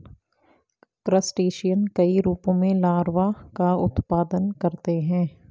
crustacean कई रूपों में लार्वा का उत्पादन करते हैं